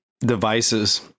devices